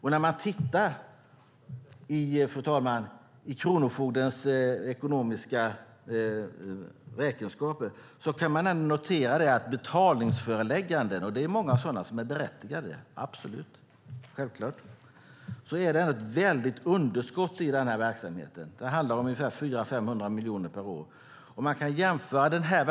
När man tittar i kronofogdens ekonomiska räkenskaper kan man notera att betalningsförelägganden - självklart är många sådana berättigade, absolut - ger ett väldigt underskott i den här verksamheten. Det handlar om ungefär 400-500 miljoner per år.